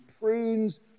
prunes